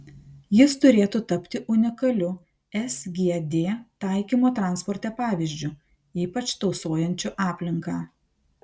jis turėtų tapti unikaliu sgd taikymo transporte pavyzdžiu ypač tausojančiu aplinką